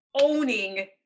owning